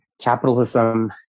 capitalism